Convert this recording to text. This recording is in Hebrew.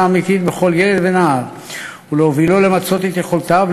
אמיתית בכל ילד ונער ולהובילו למצות את יכולותיו,